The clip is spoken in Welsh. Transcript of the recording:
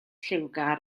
lliwgar